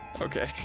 Okay